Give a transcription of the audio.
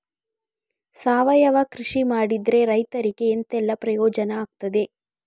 ಸಾವಯವ ಕೃಷಿ ಮಾಡಿದ್ರೆ ರೈತರಿಗೆ ಎಂತೆಲ್ಲ ಪ್ರಯೋಜನ ಆಗ್ತದೆ?